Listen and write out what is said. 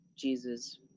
Jesus